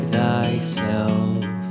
thyself